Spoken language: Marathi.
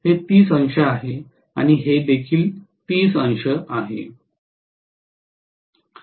हे 30 अंश आहे आणि हे देखील 30 अंश आहे